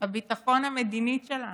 הביטחון המדינית שלנו.